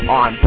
on